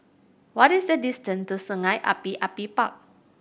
what is the distance to Sungei Api Api Park